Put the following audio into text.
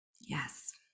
Yes